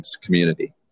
community